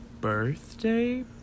birthday